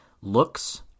looks